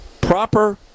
proper